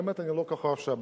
באמת, אני לא כוכב שם.